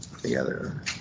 together